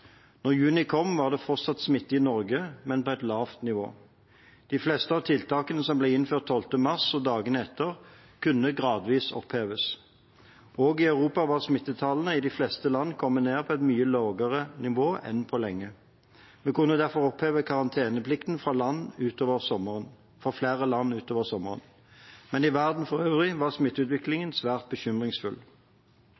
juni kom, var det fortsatt smitte i Norge, men på et lavt nivå. De fleste av tiltakene som ble innført 12. mars og i dagene etter, kunne gradvis oppheves. Også i Europa var smittetallene i de fleste land kommet ned på et mye lavere nivå enn på lenge. Vi kunne derfor oppheve karanteneplikten fra flere land utover sommeren. Men i verden for øvrig var